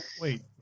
wait